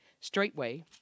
Straightway